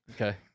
Okay